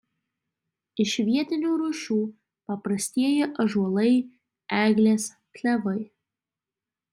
iš vietinių rūšių paprastieji ąžuolai eglės klevai